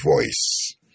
Voice